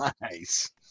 Nice